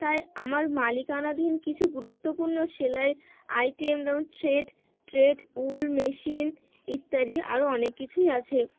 তাই আমার মালিকানাধীন কিছু গুরুত্বপূর্ণ সেলাই আইটেম যেমন ট্রেড ট্রেড উল মেশিন ইত্যাদি আরও অনেক কিছুই আছে